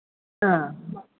ആ